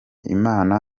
imana